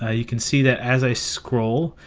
ah you can see that as i scroll,